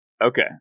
Okay